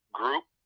group